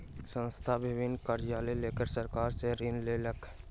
संस्थान विभिन्न कार्यक लेल सरकार सॅ ऋण लेलक